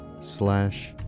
slash